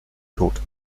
tod